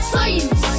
Science